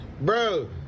Bro